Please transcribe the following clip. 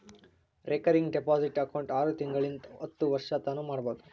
recurring deposit account ಆರು ತಿಂಗಳಿಂತ್ ಹತ್ತು ವರ್ಷತನಾನೂ ಮಾಡ್ಬೋದು